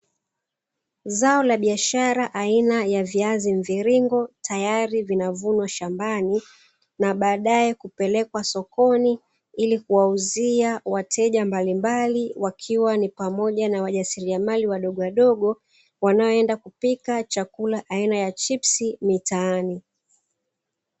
Zao la biashara aina ya viazi mviringo tayari vinavunwa shambani na baadae kupelekwa sokoni il kuwauzia wateja mbalimbali wakiwa ni pamoja na wajasiriamali wadogowadogo wanaoenda kupika chakula aina ya chipsi mitaani.